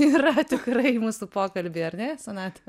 yra tikrai mūsų pokalby ar ne sonata